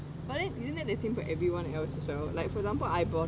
but then isn't that the same for like everyone else as well like for example I bought